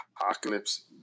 apocalypse